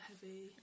heavy